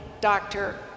Doctor